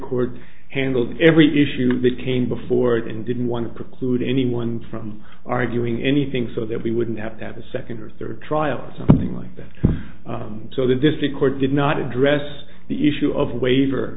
court handled every issue that came before it and didn't want to preclude anyone from arguing anything so that we wouldn't have to have a second or third trial something like that so the district court did not address the issue